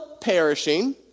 perishing